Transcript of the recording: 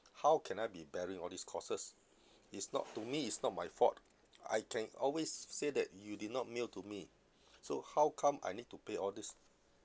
how can I be bearing all these costs it's not to me it's not my fault I can always say that you did not mail to me so how come I need to pay all this